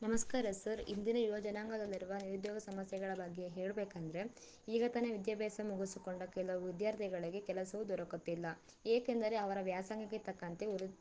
ನಮಸ್ಕಾರ ಸರ್ ಇಂದಿನ ಯೋಜನಾಂಗದಲ್ಲಿರುವ ನಿರುದ್ಯೋಗ ಸಮಸ್ಯೆಗಳ ಬಗ್ಗೆ ಹೇಳಬೇಕಂದ್ರೆ ಈಗ ತಾನೇ ವಿದ್ಯಾಭ್ಯಾಸ ಮುಗಿಸಿಕೊಂಡ ಕೆಲವು ವಿದ್ಯಾರ್ಥಿಗಳಿಗೆ ಕೆಲಸವು ದೊರಕುತ್ತಿಲ್ಲ ಏಕೆಂದರೆ ಅವರ ವ್ಯಾಸಂಗಕ್ಕೆ ತಕ್ಕಂತೆ ಉರದ್